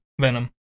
Venom